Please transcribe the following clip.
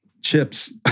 chips